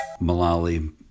Malali